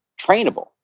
trainable